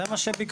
זה מה שביקשנו.